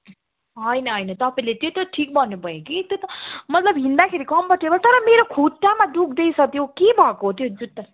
होइन होइन तपाईँले त्यो त ठिक भन्नु भयो कि त्यो त मतलब हिँड्दाखेरि कम्फर्टेबल तर मेरो खुट्टामा दुख्दैछ त्यो के भएको त्यो जुत्ता